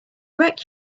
wreck